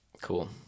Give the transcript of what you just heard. Cool